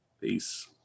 Peace